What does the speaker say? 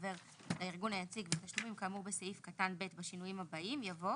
חבר לארגון יציג ותשלומים כאמור בסעיף קטן (ב) בשינויים הבאים:" יבוא